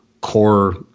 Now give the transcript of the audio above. core